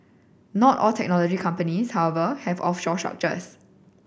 not all technology companies however have offshore structures